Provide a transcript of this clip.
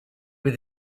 with